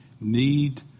need